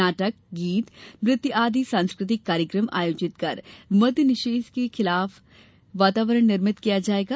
नाटक गीत नृत्य आदि सांस्कृतिक कार्यक्रम आयोजित कर मद्य निषेध के खिलाफ वातावरण निर्मित किया जायेगा